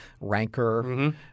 rancor